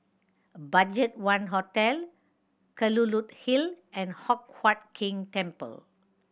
BudgetOne Hotel Kelulut Hill and Hock Huat Keng Temple